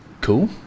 Cool